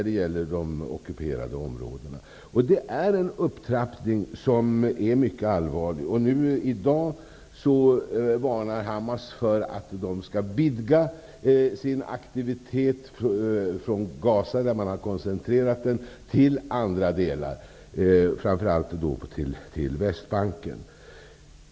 Det är en upptrappning som är mycket allvarlig. I dag varnar Hamas för att organisationen skall vidga sin aktivitet från Gaza -- där man har koncentrerat den -- till andra delar, framför allt till Västbanken.